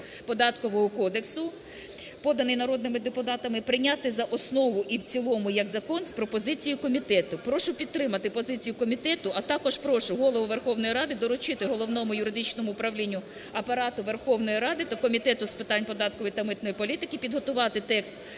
Податкового кодексу, поданий народними депутатами, прийняти за основу і в цілому, як закон, з пропозицією комітету, прошу підтримати позицію комітету. А також прошу Голову Верховної Ради, доручити Головному юридичному управлінню Апарату Верховної Ради та Комітету з питань податкової та митної політики, підготувати текст